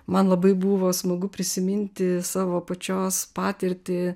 man labai buvo smagu prisiminti savo pačios patirtį